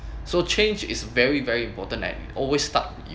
so change is very very important like always stuck you